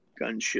Gunship